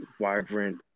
vibrant